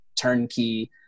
turnkey